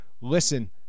listen